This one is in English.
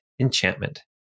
enchantment